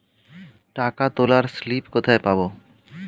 টাকা তোলার স্লিপ কোথায় পাব?